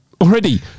already